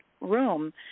room